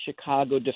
chicago